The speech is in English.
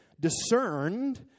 discerned